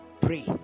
pray